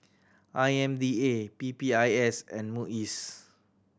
I M D A P P I S and MUIS